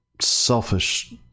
selfish